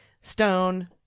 Stone